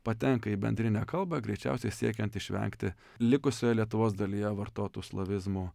patenka į bendrinę kalbą greičiausiai siekiant išvengti likusioje lietuvos dalyje vartotų slavizmų